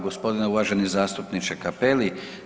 Gospodine uvaženi zastupniče Cappelli.